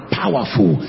powerful